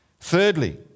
Thirdly